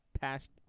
past